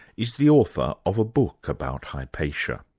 is the author of a book about hypatia.